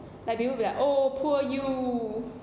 like people be like oh poor you